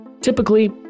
Typically